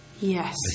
Yes